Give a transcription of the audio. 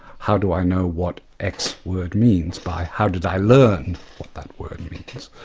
how do i know what x word means? by how did i learn what that word means?